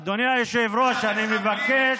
אדוני היושב-ראש, אני מבקש